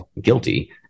guilty